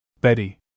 Betty